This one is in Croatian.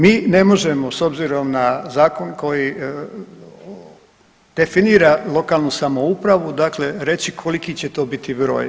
Mi ne možemo s obzirom na zakon koji definira lokalnu samoupravu reći koliki će to biti broj.